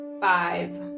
five